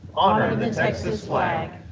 honor the texas flag.